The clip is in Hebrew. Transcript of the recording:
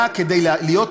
היה כדי להיות